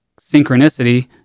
synchronicity